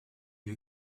you